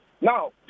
Now